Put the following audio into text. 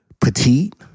Petite